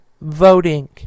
voting